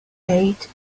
ate